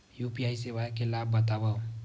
UPI सेवाएं के लाभ बतावव?